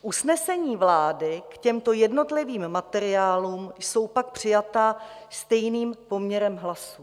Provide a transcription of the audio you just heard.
Usnesení vlády k těmto jednotlivým materiálům jsou pak přijata stejným poměrem hlasů.